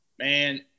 man